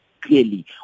Clearly